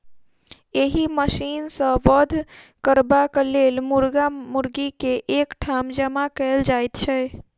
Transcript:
एहि मशीन सॅ वध करबाक लेल मुर्गा मुर्गी के एक ठाम जमा कयल जाइत छै